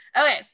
Okay